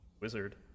wizard